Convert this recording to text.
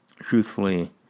Truthfully